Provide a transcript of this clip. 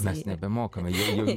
mes nebemokame jeigu